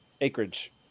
Acreage